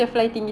ya